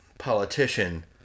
politician